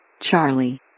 Charlie